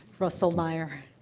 russell meyer.